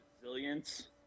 resilience